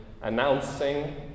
announcing